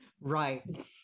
right